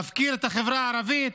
מפקיר את החברה הערבית,